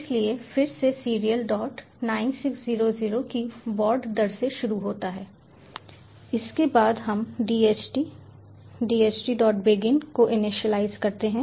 इसलिए फिर से सीरियल डॉट 9600 की बॉड दर से शुरू होता है उसके बाद हम dht dhtbegin को इनिशियलाइज़ करते हैं